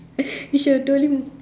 you should have told him